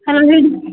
hello ಹೇಳಿ